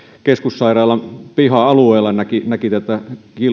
keskussairaalan piha alueella näki näki tätä